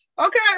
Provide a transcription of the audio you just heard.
Okay